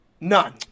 None